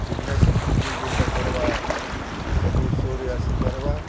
business ଯିଏ ଯେନ୍ଟା କର୍ବା ସବୁ ସୋ'ରେ ଆସିପାର୍ବା